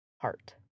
heart